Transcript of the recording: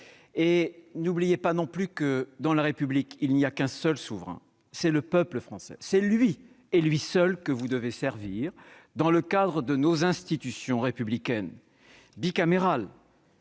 de la France et que, dans la République, il n'existe qu'un seul souverain : le peuple français. C'est lui, et lui seul, que vous devez servir dans le cadre de nos institutions républicaines bicamérales,